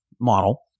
model